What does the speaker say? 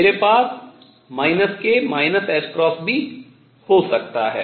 मेरे पास k ℏ भी हो सकता है